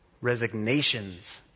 resignations